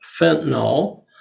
fentanyl